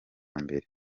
mbere